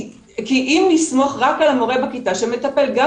כי אם נסמוך רק על המורה בכיתה שמטפל גם